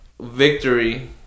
victory